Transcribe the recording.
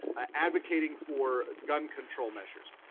ah advocating for gun control measures.